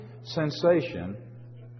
sensation